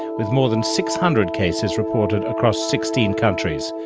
with more than six hundred cases reported across sixteen countries.